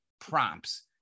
prompts